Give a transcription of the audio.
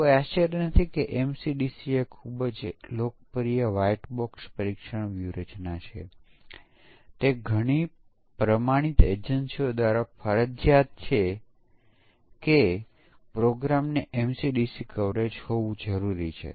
તેથી આ માન્ય સમકક્ષ વર્ગનો સમૂહ છે અને આ અમાન્ય સમકક્ષ વર્ગના સેટ છે